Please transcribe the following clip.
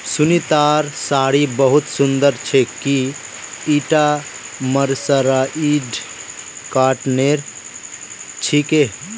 सुनीतार साड़ी बहुत सुंदर छेक, की ईटा मर्सराइज्ड कॉटनेर छिके